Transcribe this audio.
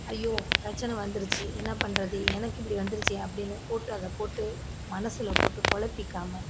ஐயோ பிரச்சன வந்துடுச்சி என்ன பண்ணுறது எனக்கு இப்படி வந்துடுச்சே அப்படினு போட்டு அதை போட்டு மனதில் போட்டு குழப்பிக்காம